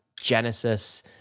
Genesis